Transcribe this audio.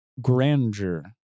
grandeur